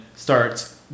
Starts